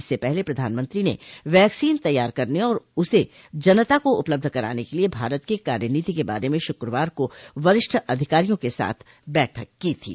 इससे पहले प्रधानमंत्री ने वैक्सीन तैयार करने और उसे जनता को उपलब्ध कराने के लिए भारत की कार्यनीति के बारे में शुक्रवार को वरिष्ठ अधिकारियों के साथ बैठक की थी